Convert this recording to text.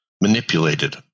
manipulated